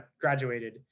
graduated